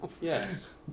Yes